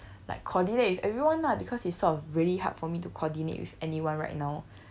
like coordinate with everyone lah because it's sort of really hard for me to coordinate with anyone right now